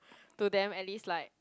to them at least like